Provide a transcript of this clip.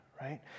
right